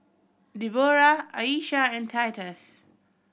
Debora Ayesha and Titus